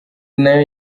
nayo